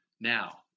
now